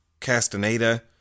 Castaneda